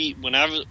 whenever